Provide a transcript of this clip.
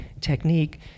technique